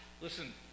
Listen